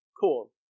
cool